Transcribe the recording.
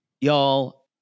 y'all